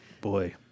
boy